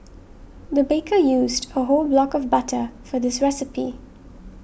the baker used a whole block of butter for this recipe